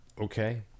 Okay